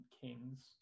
kings